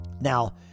Now